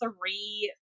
three